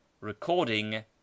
recording